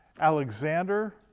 Alexander